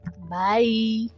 Bye